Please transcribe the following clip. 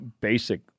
basic